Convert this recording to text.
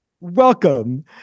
Welcome